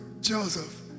Joseph